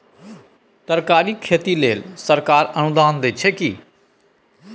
तरकारीक खेती लेल सरकार अनुदान दै छै की?